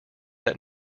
that